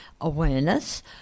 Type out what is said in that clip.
awareness